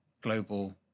global